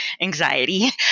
anxiety